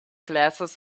glasses